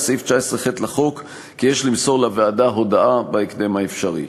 סעיף 19(ח) לחוק קובע כי יש למסור לוועדה הודעה בהקדם האפשרי.